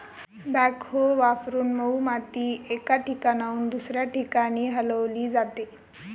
backhoe वापरून मऊ माती एका ठिकाणाहून दुसऱ्या ठिकाणी हलवली जाते